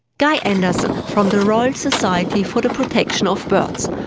guy anderson from the royal society for the protection of birds.